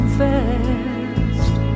fast